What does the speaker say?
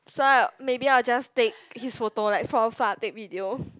so I maybe I will just take his photo like from afar take video